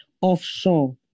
offshore